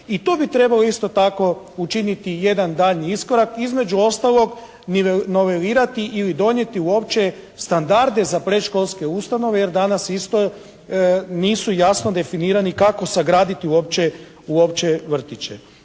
I to bi trebalo isto tako učiniti jedan daljnji iskorak između ostalog novelirati ili donijeti uopće standarde za predškolske ustanove jer danas isto nisu jasno definirani kako sagraditi uopće vrtiće.